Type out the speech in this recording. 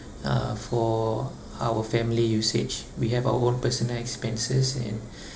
uh for our family usage we have our own personal expenses and